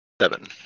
seven